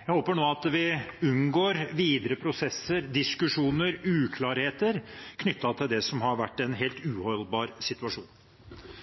Jeg håper nå at vi unngår videre prosesser, diskusjoner og uklarheter knyttet til det som har vært en helt uholdbar situasjon. Representanten